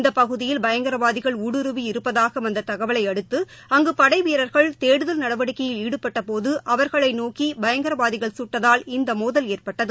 இந்தபகுதியில் பயங்கரவாதிகள் ஊடுருவி இருப்பதாகவந்ததகவலைஅடுத்து அங்குபடைவீரர்கள் தேடுதல் நடவடிக்கையில் ஈடுபட்டபோது அவர்களைநோக்கிபயங்கரவாதிகள் சுட்டதால் இந்தமோதல் ஏற்பட்டது